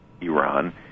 Iran